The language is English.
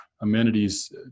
amenities